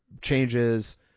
changes